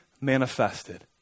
manifested